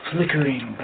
Flickering